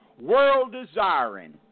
world-desiring